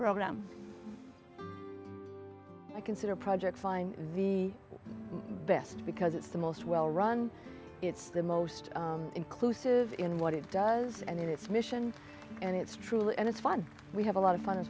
program i consider project find the best because it's the most well run it's the most inclusive in what it does and its mission and it's true and it's fun we have a lot of fun